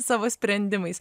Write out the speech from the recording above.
savo sprendimais